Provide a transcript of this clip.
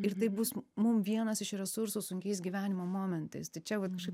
ir tai bus mum vienas iš resursų sunkiais gyvenimo momentais tai čia vat kažkaip